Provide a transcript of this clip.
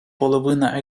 половина